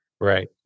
right